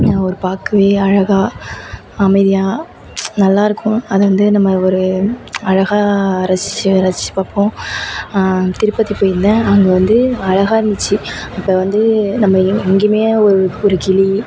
ஒரு பார்க்கவே அழகாக அமைதியாக நல்லாயிருக்கும் அது வந்து நம்ம ஒரு அழகாக ரசித்து ரசித்து பார்ப்போம் திருப்பதி போயிருந்தேன் அங்கே வந்து அழகாக இருந்துச்சு அப்போ வந்து நம்ம எங் எங்கையுமே ஒரு ஒரு கிளி